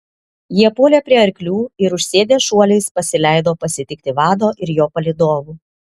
jie puolė prie arklių ir užsėdę šuoliais pasileido pasitikti vado ir jo palydovų